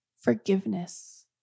Forgiveness